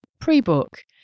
pre-book